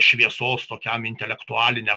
šviesos tokiam intelektualiniam